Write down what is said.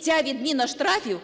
ця відміна штрафів